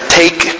take